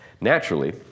Naturally